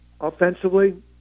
offensively